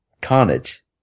carnage